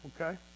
okay